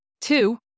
Two